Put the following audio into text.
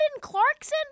Clarkson